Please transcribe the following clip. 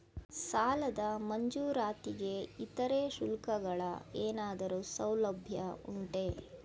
ಸಾಲದ ಮಂಜೂರಾತಿಗೆ ಇತರೆ ಶುಲ್ಕಗಳ ಏನಾದರೂ ಸೌಲಭ್ಯ ಉಂಟೆ?